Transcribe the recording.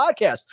Podcast